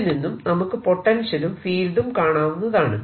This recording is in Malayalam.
ഇതിൽ നിന്നും നമുക്ക് പൊട്ടൻഷ്യലും ഫീൽഡും കാണാവുന്നതാണ്